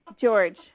George